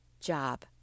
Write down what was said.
job